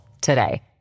today